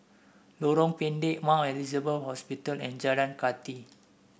Lorong Pendek Mount Elizabeth Hospital and Jalan Kathi